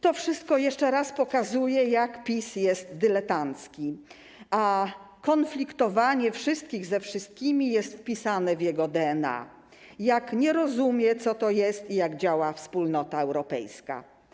To wszystko jeszcze raz pokazuje, jak PiS jest dyletancki, a konfliktowanie wszystkich ze wszystkimi jest wpisane w jego DNA, jak nie rozumie, co to jest i jak działa Wspólnota Europejska.